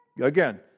Again